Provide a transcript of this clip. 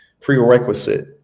prerequisite